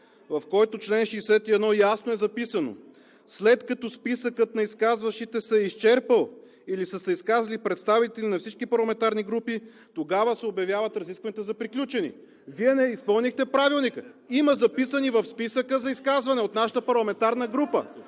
в който чл. 61 ясно е записано: „След като списъкът на изказващите се е изчерпал или са се изказали представители на всички парламентарни групи, тогава се обявяват разискванията за приключени.“ Вие не изпълнихте Правилника, има записани в списъка за изказване от нашата парламентарна група.